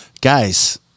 guys